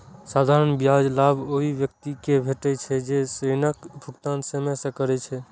साधारण ब्याजक लाभ ओइ व्यक्ति कें भेटै छै, जे ऋणक भुगतान समय सं करै छै